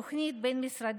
זאת הייתה תוכנית בין-משרדית